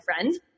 friend